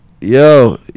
Yo